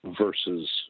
versus